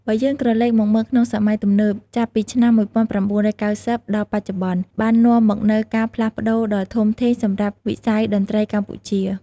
បើយើងក្រឡេកមកមើលក្នុងសម័យទំនើប ចាប់ពីឆ្នាំ ១៩៩០ ដល់បច្ចុប្បន្ន បាននាំមកនូវការផ្លាស់ប្តូរដ៏ធំធេងសម្រាប់វិស័យតន្ត្រីកម្ពុជា។